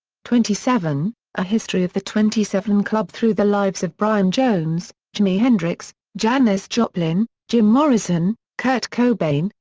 twenty seven a history of the twenty seven club through the lives of brian jones, jimi hendrix, janis joplin, jim morrison, kurt cobain,